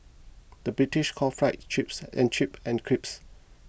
the British calls Fries Chips and chips and crisps